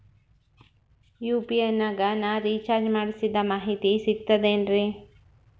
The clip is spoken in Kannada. ಯು.ಪಿ.ಐ ನಾಗ ನಾ ರಿಚಾರ್ಜ್ ಮಾಡಿಸಿದ ಮಾಹಿತಿ ಸಿಕ್ತದೆ ಏನ್ರಿ?